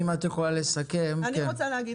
אם את יכולה לסכם --- אני רוצה להגיד